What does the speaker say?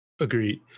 Agreed